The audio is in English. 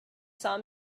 saw